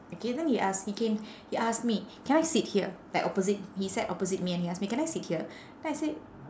okay then he ask he came he ask me can I sit here like opposite he sat opposite me and he ask me can I sit here then I said